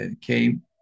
came